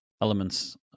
elements